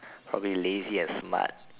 probably lazy and smart